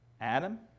Adam